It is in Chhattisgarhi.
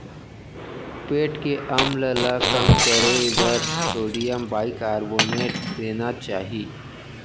पेट के अम्ल ल कम करे बर सोडियम बाइकारबोनेट देना चाही